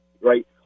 right